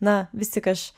na vis tik aš